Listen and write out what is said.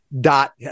dot